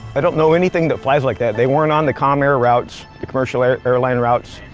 i don't know anything that flies like that. they weren't on the comair routes, the commercial airline routes.